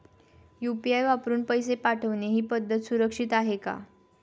UPI वापरून पैसे पाठवणे ही पद्धत सुरक्षित आहे का?